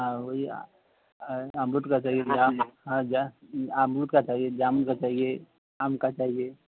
ہاں وہی امرود کا چاہیے امردو کا چاہیے جامن کا چاہیے آم کا چاہیے